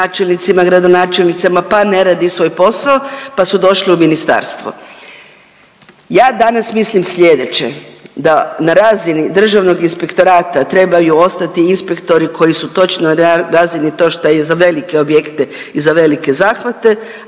načelnicima, gradonačelnicima, pa ne radi svoj posao, pa su došli u ministarstvo. Ja danas mislim sljedeće da na razini Državnog inspektorata trebaju ostati inspektori koji su točno na razini to što je za velike objekte i za velike zahvate,